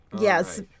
Yes